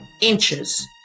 inches